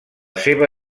seva